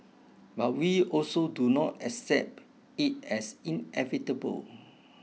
but we also do not accept it as inevitable